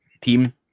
team